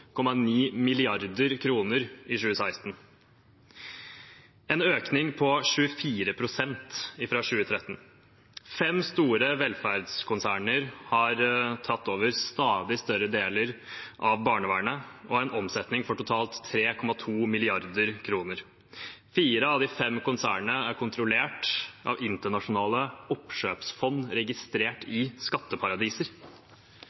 i 2016 – en økning på 24 pst. fra 2013. Fem store velferdskonserner har tatt over stadig større deler av barnevernet, og de har en omsetning på totalt 3,2 mrd. kr. Fire av de fem konsernene er kontrollert av internasjonale oppkjøpsfond registrert